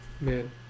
Man